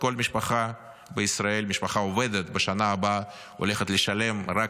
כל משפחה עובדת בישראל בשנה הבאה הולכת לשלם רק